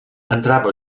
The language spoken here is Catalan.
entrava